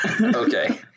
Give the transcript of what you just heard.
Okay